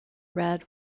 red